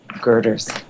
girders